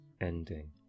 ending